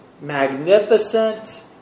magnificent